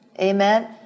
amen